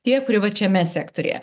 tiek privačiame sektoriuje